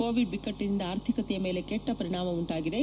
Covid ಬಿಕಟ್ಟನಿಂದ ಆರ್ಥಿಕತೆಯ ಮೇಲೆ ಕೆಟ್ಟ ಪರಿಣಾಮ ಉಂಟಾಗಿದೆ